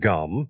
Gum